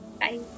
bye